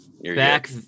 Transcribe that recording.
back